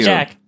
Jack